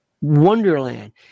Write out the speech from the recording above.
wonderland